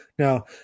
Now